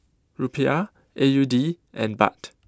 Rupiah A U D and Baht